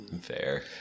Fair